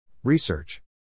Research